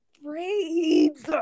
Braids